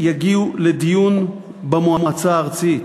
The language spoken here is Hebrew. יגיעו לדיון במועצה הארצית,